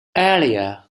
earlier